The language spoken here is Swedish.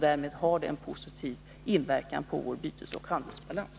Därmed har det en positiv inverkan på vår bytesoch handelsbalans.